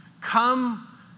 come